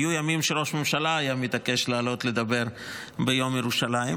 היו ימים שראש הממשלה היה מתעקש לעלות לדבר ביום ירושלים,